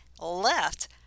left